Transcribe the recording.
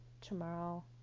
tomorrow